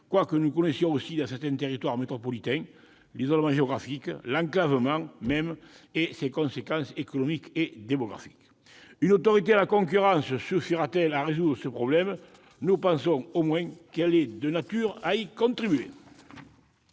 quoique nous connaissions aussi dans certains territoires métropolitains l'isolement géographique, l'enclavement même, et ses conséquences économiques et démographiques. Une autorité de la concurrence suffira-t-elle à résoudre ce problème ? Nous pensons que sa création est au moins de nature à y contribuer